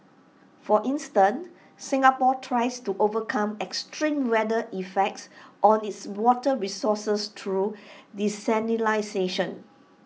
for instance Singapore tries to overcome extreme weather effects on its water resources through desalination